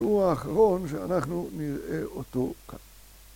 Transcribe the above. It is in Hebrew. הוא האחרון שאנחנו נראה אותו כאן.